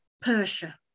Persia